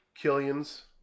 Killian's